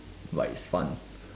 but it's fun